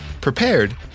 prepared